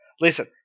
Listen